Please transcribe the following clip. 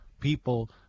people